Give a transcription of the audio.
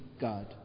God